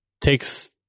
Takes